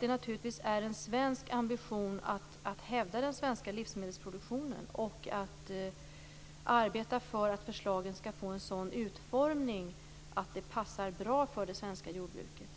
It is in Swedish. Naturligtvis är det en svensk ambition att hävda den svenska livsmedelsproduktionen och att arbeta för att förslagen skall få en sådan utformning att de passar bra för det svenska jordbruket.